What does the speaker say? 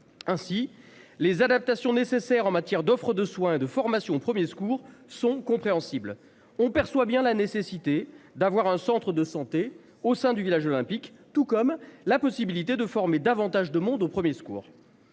ainsi les adaptations nécessaires en matière d'offre de soins, de formation aux premiers secours sont compréhensibles, on perçoit bien la nécessité d'avoir un centre de santé au sein du village olympique, tout comme la possibilité de former davantage de monde aux premiers secours.